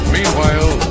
Meanwhile